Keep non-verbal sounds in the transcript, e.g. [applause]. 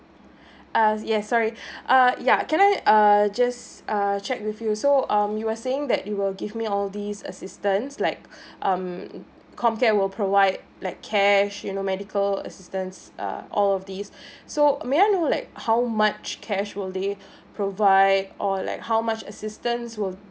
uh yes sorry [breath] uh ya can I err just err just check with you so um you were saying that you will give me all these assistance like [breath] um COMCARE will provide like cash you know medical assistance uh all of this [breath] so may I know like how much cash will they [breath] provide or like how much assistance will